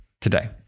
today